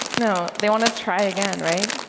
no, they want to try again, right?